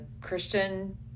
Christian